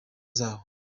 zabo